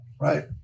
right